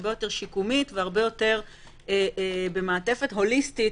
הרבה יותר שיקומית והרבה יותר במעטפת הוליסטית.